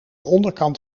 onderkant